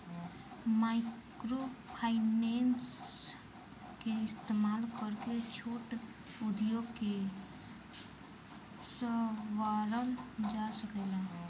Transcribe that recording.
microfinance के इस्तमाल करके छोट उद्योग के सवारल जा सकेला